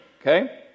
okay